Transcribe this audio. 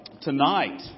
Tonight